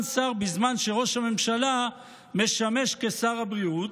שר בזמן שראש הממשלה משמש כשר הבריאות,